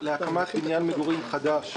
להקמת בניין מגורים חדש,